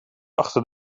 achter